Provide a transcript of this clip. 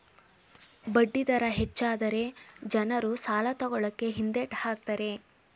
ಬಡ್ಡಿ ದರ ಹೆಚ್ಚಾದರೆ ಜನರು ಸಾಲ ತಕೊಳ್ಳಕೆ ಹಿಂದೆಟ್ ಹಾಕ್ತರೆ